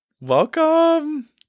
Welcome